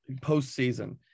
postseason